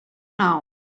now